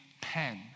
pen